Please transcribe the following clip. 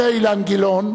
אחרי אילן גילאון,